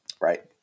Right